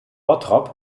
bottrop